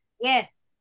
Yes